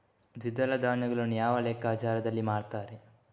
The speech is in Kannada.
ದ್ವಿದಳ ಧಾನ್ಯಗಳನ್ನು ಯಾವ ಲೆಕ್ಕಾಚಾರದಲ್ಲಿ ಮಾರ್ತಾರೆ?